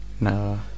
No